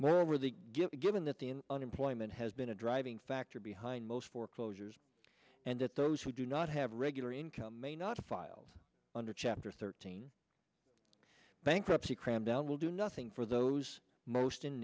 levels where over the given that the unemployment has been a driving factor behind most foreclosures and that those who do not have regular income may not filed under chapter thirteen bankruptcy cramdown will do nothing for those most in